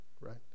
right